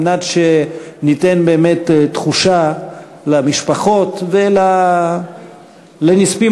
כדי שניתן באמת תחושה למשפחות ולנספים